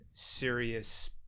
Serious